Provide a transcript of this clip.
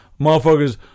motherfuckers